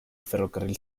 ferrocarril